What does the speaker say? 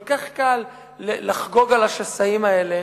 כל כך קל לחגוג על השסעים האלה,